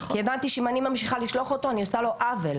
כי הבנתי שאם אני ממשיכה לשלוח אותו אני עושה לו עוול,